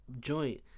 joint